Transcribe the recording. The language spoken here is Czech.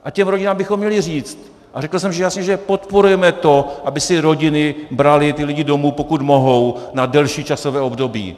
A těm rodinám bychom měli říct, a řekl jsem jasně, že podporujeme to, aby si rodiny braly lidi domů, pokud mohou, na delší časové období.